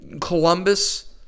Columbus